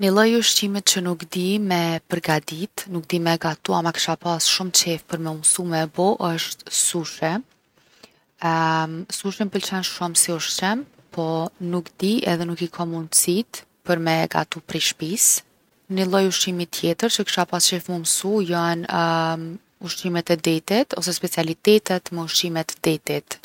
Ni lloj ushqimi që nuk di me përgadit, nuk di me gatu, osht sushi. Sushi m’pëlqen shumë si ushqim po nuk di edhe nuk i kom mundësitë me gatu prej shpisë. Ni lloj ushqimi tjetër që kisha pas qef mu msu jon ushqimet e detit ose specialitetet me ushqime të detit.